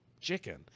chicken